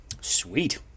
Sweet